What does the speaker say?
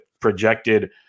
projected